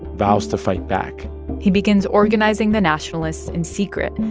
vows to fight back he begins organizing the nationalists in secret,